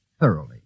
thoroughly